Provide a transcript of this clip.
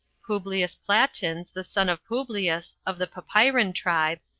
publius platins, the son of publius, of the papyrian tribe,